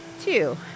two